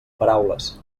paraules